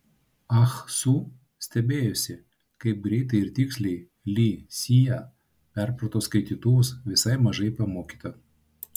ah su stebėjosi kaip greitai ir tiksliai li sija perprato skaitytuvus visai mažai pamokyta